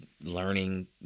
learning